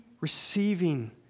receiving